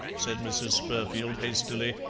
said mrs. spurfield hastily,